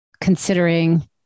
considering